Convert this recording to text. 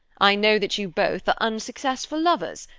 i know that you both are unsuccessful lovers,